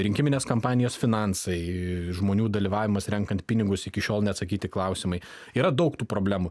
rinkiminės kampanijos finansai žmonių dalyvavimas renkant pinigus iki šiol neatsakyti klausimai yra daug tų problemų